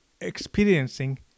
experiencing